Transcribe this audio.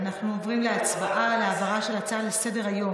אנחנו עוברים להצבעה על העברה של הצעה לסדר-היום